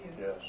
Yes